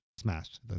smashed